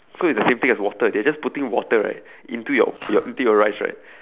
so it's the same thing as water they're just putting water right into your your into your rice right